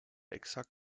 exakt